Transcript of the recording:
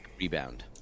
rebound